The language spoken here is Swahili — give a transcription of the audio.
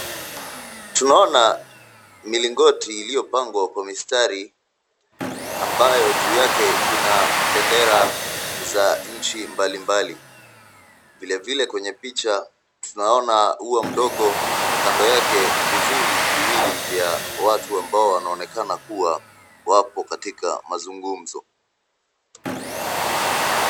Tunaona milingoti iliyopangwa kwa mistari ambayo juu yake kuna benderaza nchi mbalimbali. Vilevile kwa picha tunaona ua mdogo na kando yake vivuli viwili vya watu ambao wanaonekana kuwa wapo katika mazugumzo.